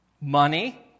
money